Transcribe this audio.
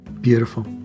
beautiful